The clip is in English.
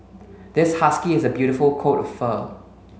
this husky has a beautiful coat of fur